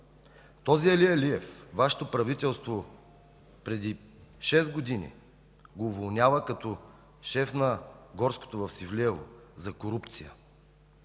Този Али Алиев Вашето правителство преди шест години го уволнява като шеф на горското в Севлиево за корупция.